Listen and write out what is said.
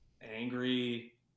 angry